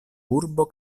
urbo